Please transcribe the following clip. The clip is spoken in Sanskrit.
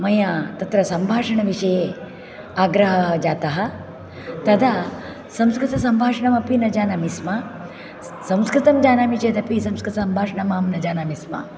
मया तत्र सम्भाषणविषये आग्रहः जातः तदा संस्कृतसम्भाषणमपि न जानामि स्म संस्कृतं जानामि चेदपि संस्कृतसम्भाषणमहं न जानामि स्म